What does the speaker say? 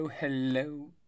Hello